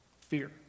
fear